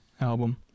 album